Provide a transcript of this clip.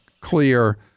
clear